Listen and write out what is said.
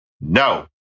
No